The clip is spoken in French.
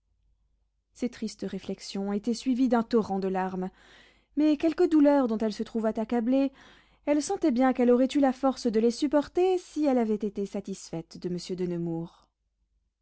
ces tristes réflexions étaient suivies d'un torrent de larmes mais quelque douleur dont elle se trouvât accablée elle sentait bien qu'elle aurait eu la force de les supporter si elle avait été satisfaite de monsieur de nemours